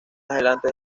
adelante